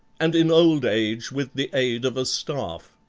and in old age with the aid of a staff.